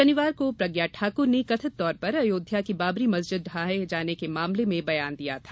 शनिवार कॉ प्रज्ञा ठाकुर ने कथित तौर पर अयोध्या की बाबरी मस्जिद ढहाये जाने के मामले में बयान दिया था